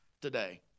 today